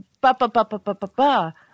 ba-ba-ba-ba-ba-ba-ba